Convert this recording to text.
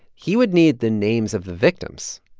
he would need the names of the victims.